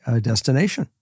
destination